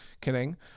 Kidding